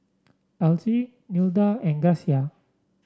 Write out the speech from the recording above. Alcie Nilda and Gracia